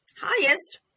highest